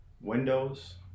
windows